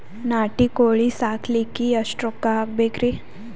ನಾಟಿ ಕೋಳೀ ಸಾಕಲಿಕ್ಕಿ ಎಷ್ಟ ರೊಕ್ಕ ಹಾಕಬೇಕ್ರಿ?